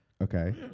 Okay